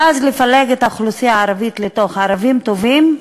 ואז לפלג את האוכלוסייה הערבית לערבים טובים,